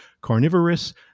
carnivorous